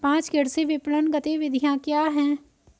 पाँच कृषि विपणन गतिविधियाँ क्या हैं?